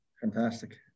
fantastic